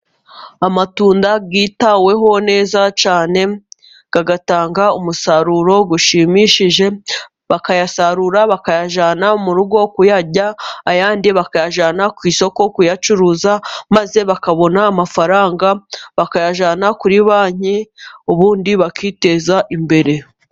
Amatunda yitaweho neza cyane atanga umusaruro ushimishije, bakayasarura bakayajyana mu rugo kuyarya, ayandi bakayajyana ku isoko kuyacuruza, maze bakabona amafaranga bakayajyanama kuri banki ubundi bakiteza imbere.